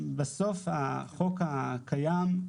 בסוף, החוק הקיים.